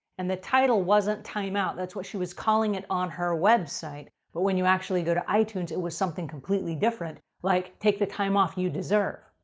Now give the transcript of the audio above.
and, the title wasn't timeout, that's what she was calling it on her website, but when you actually go to itunes, it was something completely different, like, take the time off you deserve.